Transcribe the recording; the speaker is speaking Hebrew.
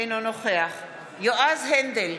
אינו נוכח יועז הנדל,